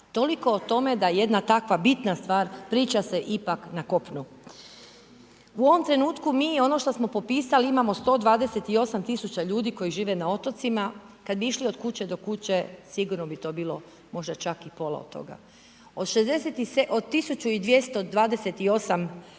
toliko o tome da jedna tako bitna stvar priča se ipak na kopnu. U ovom trenutku mi ono što smo popisali imamo 128 000 ljudi koji žive na otocima, kad bi išli od kuće do kuće sigurno bi to bilo možda čak i pola od toga. Od 1228 otoka